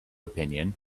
opinion